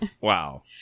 Wow